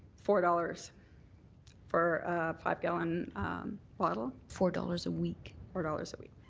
four dollars for a five gallon bottle. four dollars a week. four dollars a week.